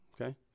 okay